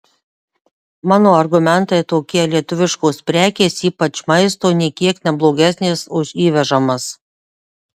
mano argumentai tokie lietuviškos prekės ypač maisto nė kiek ne blogesnės už įvežamas